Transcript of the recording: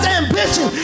ambition